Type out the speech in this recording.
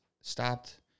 stopped